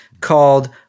called